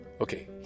Okay